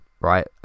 right